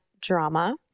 drama